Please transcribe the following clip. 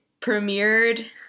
premiered